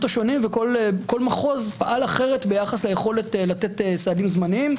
השונים וכל מחוז פעל אחרת ביחס ליכולת לתת סעדים זמניים,